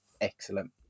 excellent